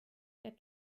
der